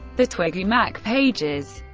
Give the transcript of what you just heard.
the twiggy mac pages